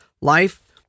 life